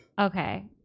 Okay